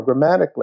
programmatically